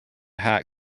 hat